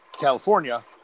California